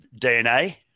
DNA